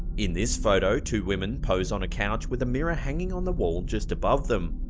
in this photo, two women pose on a couch with a mirror hanging on the wall just above them.